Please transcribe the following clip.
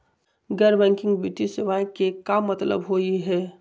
गैर बैंकिंग वित्तीय सेवाएं के का मतलब होई हे?